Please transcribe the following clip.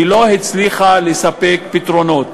היא לא הצליחה לספק פתרונות.